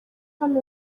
hano